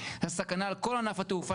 הייתה סכנה על כל ענף התעופה,